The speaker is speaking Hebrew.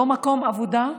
לא מקום עבודה,